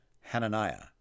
Hananiah